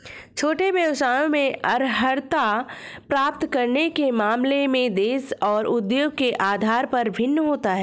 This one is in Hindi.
छोटे व्यवसायों में अर्हता प्राप्त करने के मामले में देश और उद्योग के आधार पर भिन्न होता है